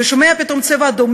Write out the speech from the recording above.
ושומע פתאום "צבע אדום",